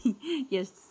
yes